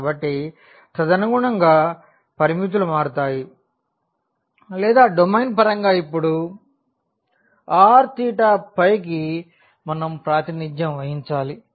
కాబట్టి తదనుగుణంగా పరిమితులు మారుతాయి లేదా డొమైన్ పరంగా ఇప్పుడు r θ ϕ కి మనం ప్రాతినిధ్యం వహించాలి